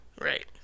Right